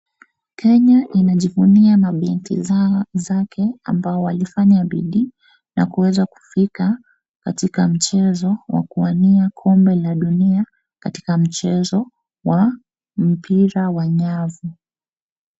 Kenya inajivunia mabinti zako ambao walifanya bidii na kuweza kufika katika mchezo wa kuwania kombe la dunia katika mchezo wa mpira wa nyavu.